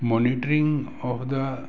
monitoring of the